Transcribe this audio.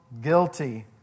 guilty